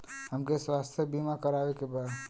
हमके स्वास्थ्य बीमा करावे के बा?